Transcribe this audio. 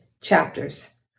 chapters